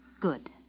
Good